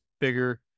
bigger